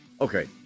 okay